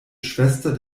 schwester